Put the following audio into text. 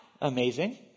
amazing